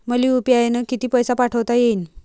मले यू.पी.आय न किती पैसा पाठवता येईन?